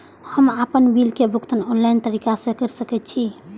हम आपन बिल के भुगतान ऑनलाइन तरीका से कर सके छी?